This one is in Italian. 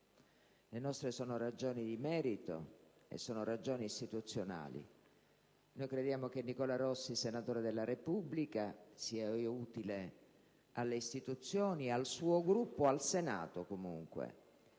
le nostre sono ragioni di merito ed istituzionali. Noi crediamo che Nicola Rossi, senatore della Repubblica, sia utile alle istituzioni, al suo Gruppo e al Senato, comunque.